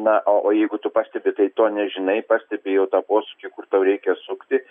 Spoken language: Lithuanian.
na o o jeigu tu pastebi tai to nežinai pastebi jau tą posūkį kur tau reikia sukti